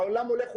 העולם הולך,